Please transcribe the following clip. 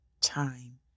time